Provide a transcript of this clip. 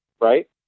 right